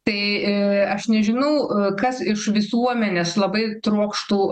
tai aš nežinau kas iš visuomenės labai trokštų